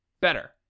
better